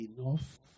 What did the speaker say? enough